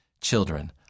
Children